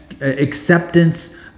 acceptance